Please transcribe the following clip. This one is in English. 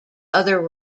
other